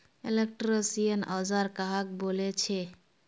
Electrician औजार कहाक बोले छे?